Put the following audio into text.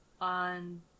on